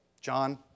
John